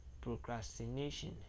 procrastination